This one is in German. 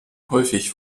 häufig